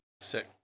Sick